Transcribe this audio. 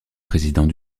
président